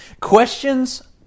Questions